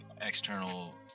external